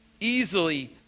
easily